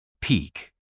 Peak